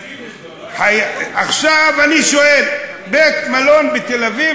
עכשיו אני שואל: בית-מלון בתל-אביב,